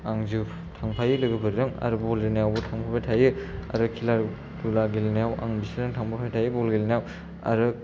आं थांफायो लोगोफोरजों आरो बल जोनायावबो थांफाबाय थायो आरो खेला धुला गेलेनायाव आं बिसोरजों थांफाबाय थायो बल गेलेनायाव आरो